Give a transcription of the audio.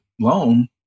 loan